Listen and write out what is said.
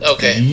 Okay